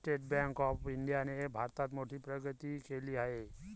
state bank of इंडियाने भारतात मोठी प्रगती केली आहे